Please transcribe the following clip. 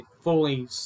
fully